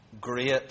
Great